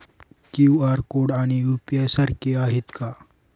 QR code आणि UPI सारखे आहेत का?